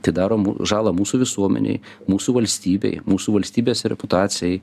tai daro žalą mūsų visuomenei mūsų valstybei mūsų valstybės reputacijai